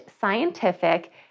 Scientific